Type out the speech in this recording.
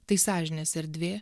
tai sąžinės erdvė